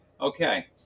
Okay